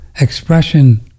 expression